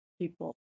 people